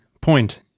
point